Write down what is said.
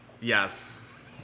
Yes